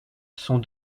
sont